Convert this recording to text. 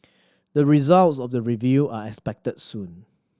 the results of the review are expected soon